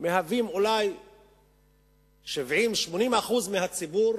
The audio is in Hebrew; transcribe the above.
מהוות אולי 70%, 80% מהציבור,